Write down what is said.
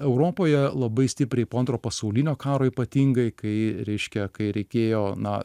europoje labai stipriai po antro pasaulinio karo ypatingai kai reiškia kai reikėjo na